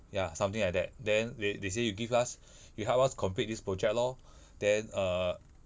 ya something like that then they they say you give us you help us complete this project lor then err